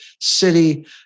city